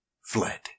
fled